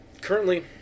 currently